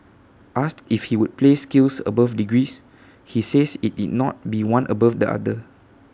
asked if he would place skills above degrees he says IT did not be one above the other